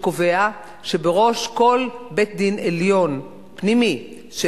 שקובע שבראש כל בית-דין עליון פנימי של